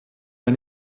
bei